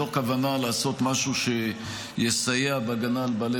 מתוך כוונה לעשות משהו שיסייע בהגנה על בעלי